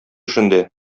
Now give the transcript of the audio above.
эшендә